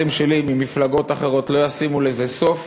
שלי ממפלגות אחרות לא ישימו לזה סוף